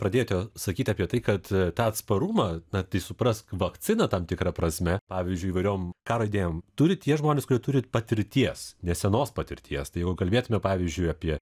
pradėjote sakyti apie tai kad tą atsparumą na tai suprask vakciną tam tikrą prasmę pavyzdžiui įvairiom karo idėjom turi tie žmonės kurie turi patirties nesenos patirties tai jau kalbėtume pavyzdžiui apie